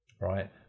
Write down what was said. right